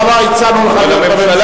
כמה הצענו לך להיות בממשלה,